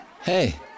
Hey